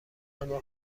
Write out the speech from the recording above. اما